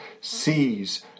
sees